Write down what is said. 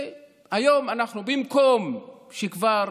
במקום שהיום כבר